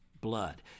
blood